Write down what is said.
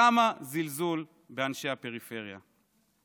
כמה זלזול באנשי הפריפריה.